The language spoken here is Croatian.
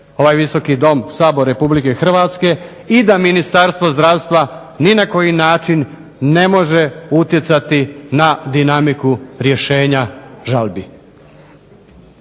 ovaj Visoki dom Sabor RH i da Ministarstvo zdravstva ni na koji način ne može utjecati na dinamiku rješenja žalbi.